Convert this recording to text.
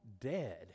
dead